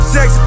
Sex